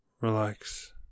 relax